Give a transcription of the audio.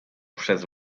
przez